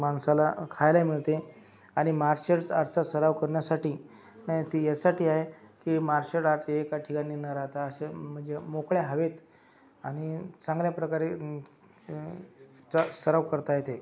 माणसाला खायलाही मिळते आणि मार्शश आर्टचा सराव करण्यासाठी नाही ती यासाठी आहे की मार्शल आर्ट हे एका ठिकाणी न राहता असे म्हणजे मोकळ्या हवेत आणि चांगल्या प्रकारे सराव करता येते